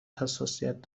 حساسیت